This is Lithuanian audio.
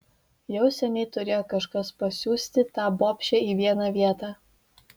jau seniai turėjo kažkas pasiųsti tą bobšę į vieną vietą